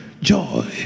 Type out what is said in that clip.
Joy